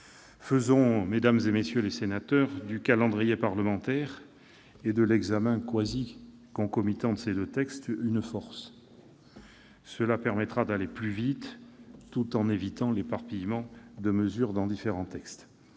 Faisons du calendrier parlementaire et de l'examen quasi concomitant de ces deux textes une force ! Cela permettra d'aller plus vite, tout en évitant l'éparpillement de mesures dans différents textes